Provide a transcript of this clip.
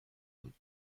بود